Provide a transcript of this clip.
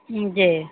जी